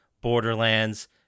Borderlands